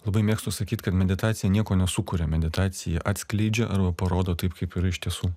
labai mėgstu sakyt kad meditacija nieko nesukuria meditacija atskleidžia arba parodo taip kaip yra iš tiesų